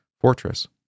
fortress